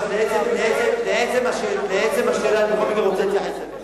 לעצם השאלה, אני רוצה להתייחס אליה.